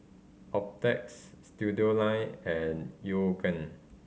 Optex Studioline and Yoogane